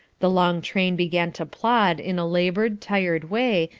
the long train began to plod in a laboured, tired way,